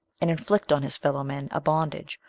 and inflict on his fellow-men a bondage,